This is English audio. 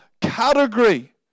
category